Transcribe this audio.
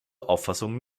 auffassung